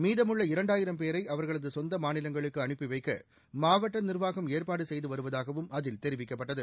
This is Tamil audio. மீதமுள்ள இரண்டாயிரம் பேரை அவர்களது சொந்த மாநிலங்களுக்கு அனுப்பிவைக்க மாவட்ட நிர்வாகம் ஏற்பாடு செய்து வருவதகாவும் அதில் தெரிவிக்கப்பட்டது